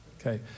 Okay